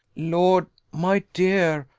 lord! my dear,